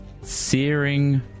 Searing